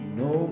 no